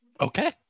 Okay